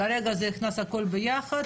כרגע זה נכנס הכול ביחד,